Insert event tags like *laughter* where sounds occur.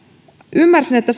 ymmärsin että *unintelligible*